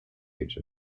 age